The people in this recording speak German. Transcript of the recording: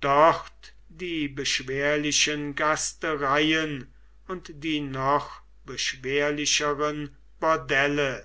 dort die beschwerlichen gastereien und die noch beschwerlicheren bordelle